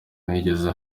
ntiyigeze